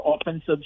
offensive